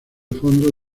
fondo